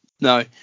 No